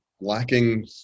lacking